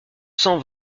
cent